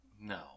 No